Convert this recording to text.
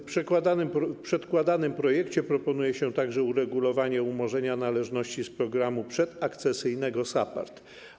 W przedkładanym projekcie proponuje się także uregulowanie umorzenia należności z programu przedakcesyjnego SAPARD.